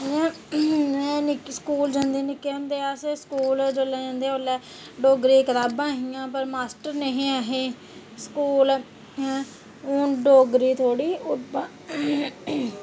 इंया स्कूल जंदे निक्के होंदे अस स्कूल जंदे ओल्लै डोगरी दियां कताबां हियां पर मास्टर निं ऐहे स्कूल हून डोगरी थोह्ड़ी